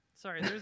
Sorry